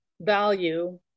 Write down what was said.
value